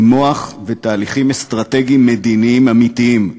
עם מוח ותהליכים אסטרטגיים מדיניים אמיתיים.